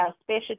special